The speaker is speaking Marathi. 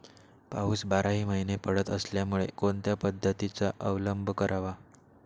पाऊस बाराही महिने पडत असल्यामुळे कोणत्या पद्धतीचा अवलंब करावा?